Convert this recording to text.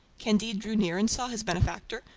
candide drew near and saw his benefactor,